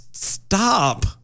Stop